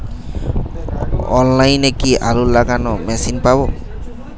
অনলাইনে কি আলু লাগানো মেশিন পাব?